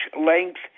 length